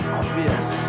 obvious